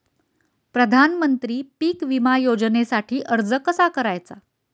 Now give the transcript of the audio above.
प्रधानमंत्री पीक विमा योजनेसाठी अर्ज कसा करायचा?